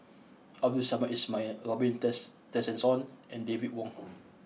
Abdul Samad Ismail Robin Tess Tessensohn and David Wong